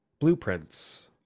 Blueprints